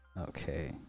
okay